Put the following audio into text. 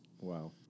Wow